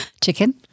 Chicken